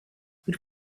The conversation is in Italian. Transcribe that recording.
per